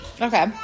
Okay